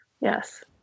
Yes